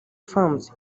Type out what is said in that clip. farms